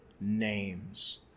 names